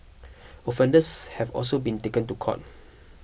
offenders have also been taken to court